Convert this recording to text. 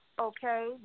okay